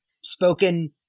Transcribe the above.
spoken